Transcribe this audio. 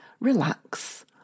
relax